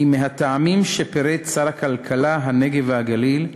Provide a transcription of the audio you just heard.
כי מהטעמים שפירט שר הכלכלה, הנגב והגליל,